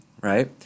right